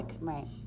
right